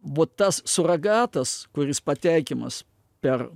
vot tas suragatas kuris pateikiamas per